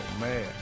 man